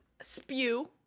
Spew